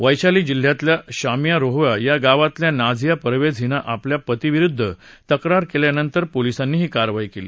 वैशाली जिल्ह्यातला शःमिया रोहूवा या गावातल्या नाझिया परवेझ हिना आपल्या पती विरुद्ध तक्रार केल्यानंतर पोलिसांनी हि कारवाई केली